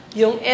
yung